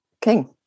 King